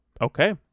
Okay